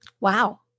Wow